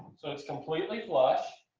so it's completely flush.